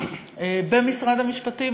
במשרד המשפטים,